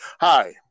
hi